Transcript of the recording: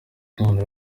none